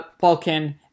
balkan